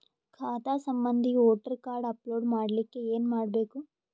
ಖಾತಾ ಸಂಬಂಧಿ voter card upload ಮಾಡಲಿಕ್ಕೆ ಏನ ಮಾಡಬೇಕು?